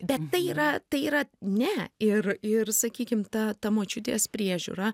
bet tai yra tai yra ne ir ir sakykim ta ta močiutės priežiūra